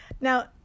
Now